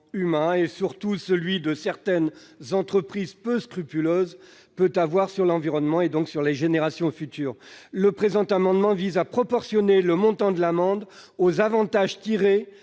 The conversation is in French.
humain, surtout celui de certaines entreprises peu scrupuleuses, peut avoir sur l'environnement, donc sur les générations futures. Le présent amendement vise à proportionner le montant de l'amende aux avantages tirés